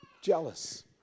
Jealous